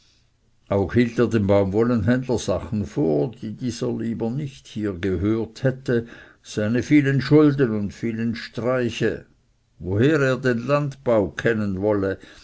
auch hielt er dem baumwollenhändler sachen vor die dieser lieber hier nicht gehört hätte seine vielen schulden und vielen streiche woher er den landbau kennen wolle